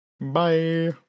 bye